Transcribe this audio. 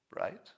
right